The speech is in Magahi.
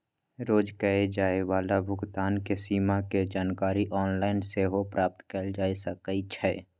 रोज कये जाय वला भुगतान के सीमा के जानकारी ऑनलाइन सेहो प्राप्त कएल जा सकइ छै